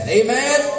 amen